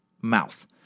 mouth